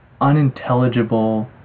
unintelligible